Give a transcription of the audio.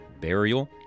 burial